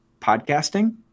podcasting